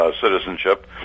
citizenship